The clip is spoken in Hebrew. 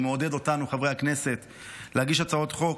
הוא מעודד אותנו, חברי הכנסת, להגיש הצעות חוק,